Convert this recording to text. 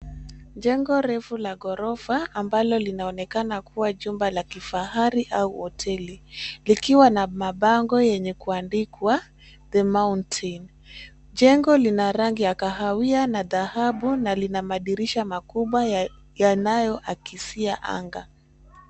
Jengo refu la gorofa ambalo linaonekana kuwa jumba la kifahari au hoteli, likiwa na mabango yenye kuandikwa, the mountain .Jengo lina rangi ya kahawia na dhahabu na lina madirisha makubwa, yanayoakisia anga.